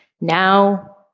now